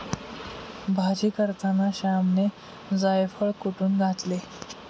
भाजी करताना श्यामने जायफळ कुटुन घातले